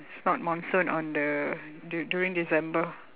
it's not monsoon on the du~ during december